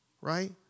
right